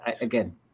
again